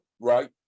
right